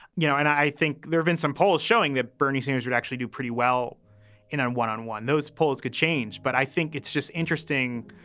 you know, and i think there've been some polls showing that bernie sanders would actually do pretty well in a one on one those polls could change. but i think it's just interesting.